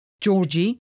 Georgie